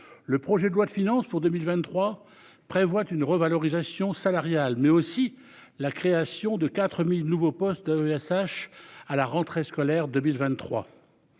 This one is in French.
Le projet de loi de finances pour 2023 prévoit une revalorisation salariale mais aussi la création de 4000 nouveaux postes USH à la rentrée scolaire 2023.